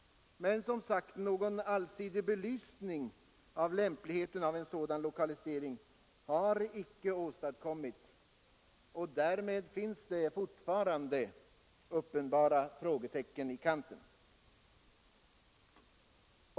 Men, som sagt, någon allsidig belysning av lämpligheten av en sådan lokalisering har icke åstadkommits, och därmed finns det fortfarande uppenbara frågetecken i kanten.